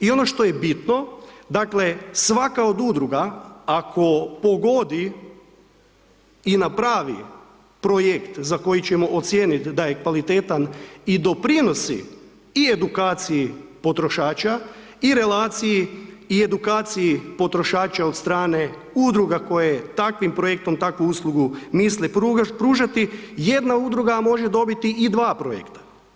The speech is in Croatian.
I ono što je bitno, dakle, svaka od udruga, ako pogodi i napravi projekt za koji ćemo ocijeniti da je kvalitetan i doprinosi i edukaciji potrošača i relaciji i edukaciji potrošača od strane udruga koje takvih projektom takvu usluge misle pružati, jedna udruga može dobiti i dva projekta.